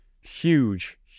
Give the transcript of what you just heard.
huge